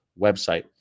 website